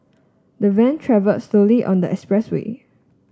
the van travelled slowly on the expressway